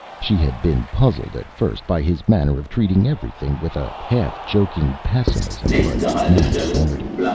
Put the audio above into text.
she had been puzzled at first by his manner of treating everything with a half-joking pessimism, but now ignored it.